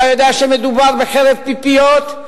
אתה יודע שמדובר בחרב פיפיות,